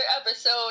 episode